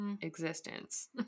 existence